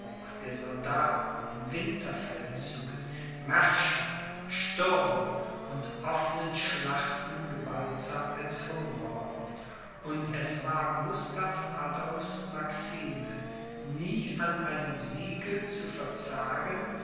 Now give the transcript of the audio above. der soldaten in winterfeldzügen märschen stürmen und offenen schlachten gewaltsam erzwungen worden und es war gustav adolphs maxime nie an einem siege zu verzagen